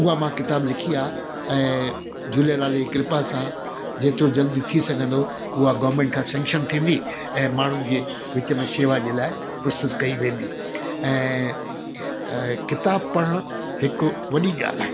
उहा मां किताबु लिखी आहे ऐं झूलेलाल जी कृपा सां जेतिरो जल्दी थी सघंदो उहा गवर्नमेंट खां सैंक्शन थींदी ऐं माण्हुनि जे विच में शेवा जे लाइ प्रस्तुत कई वेंदी ऐं किताब पढ़ण हिकु वॾी ॻाल्हि आहे